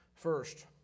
First